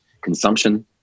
consumption